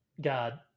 God